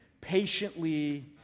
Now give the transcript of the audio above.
patiently